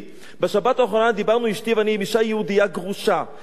בשבת האחרונה דיברנו אשתי ואני עם אשה יהודייה גרושה עם בת,